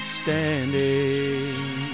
standing